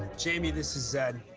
jaime, this is, zed,